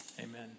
Amen